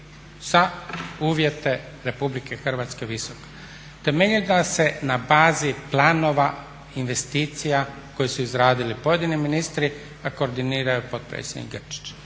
Za uvjete Republike Hrvatske visoka. Temeljila se na bazi planova investicija koje su izradili pojedini ministri a koordinirao je potpredsjednik Grčić.